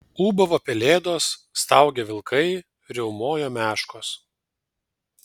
ūbavo pelėdos staugė vilkai riaumojo meškos